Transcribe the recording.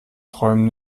träumen